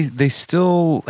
they still,